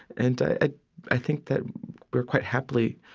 and ah i think that we're quite happily,